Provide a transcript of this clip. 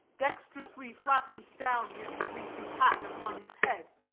dexterously flattened down his fleecy hat upon his head.